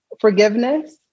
forgiveness